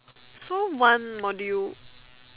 so one module